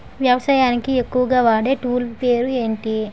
వ్యవసాయానికి ఎక్కువుగా వాడే టూల్ పేరు ఏంటి?